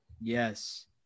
yes